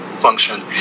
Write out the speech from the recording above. function